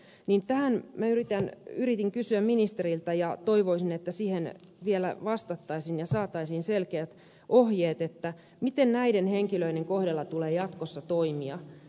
tähän asiaan liittyen minä yritin kysyä ministeriltä ja toivoisin että siihen vielä vastattaisiin ja saataisiin selkeät ohjeet miten näiden henkilöiden kohdalla tulee jatkossa toimia